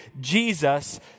Jesus